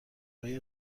هایت